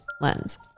Lens